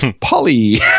Polly